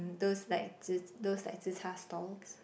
those like zi~ those like Zi-Char stalls